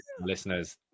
listeners